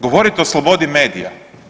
Govorite o slobodi medija.